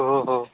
हो हो